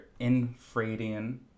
infradian